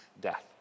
death